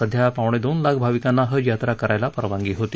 सध्या पावणे दोन लाख भाविकांना हज यात्रा करण्यास परवानगी होती